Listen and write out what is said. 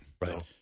Right